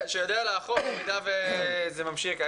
שיודע לאכוף במידה וזה ממשיך,